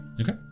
okay